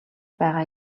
байгаа